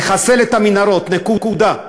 לחסל את המנהרות, נקודה.